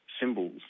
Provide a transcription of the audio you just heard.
symbols